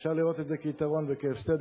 אפשר לראות את זה כיתרון וכהפסד,